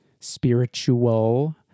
spiritual